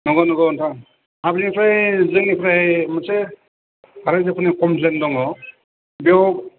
नंगौ नंगौ नोंथां प्ब्लाकनिफ्राय जोंनिफ्राय मोनसे राइजोफोरनि कमप्लेन दङ बेयाव